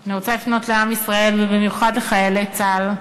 אני רוצה לפנות לעם ישראל, ובמיוחד לחיילי צה"ל.